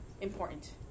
important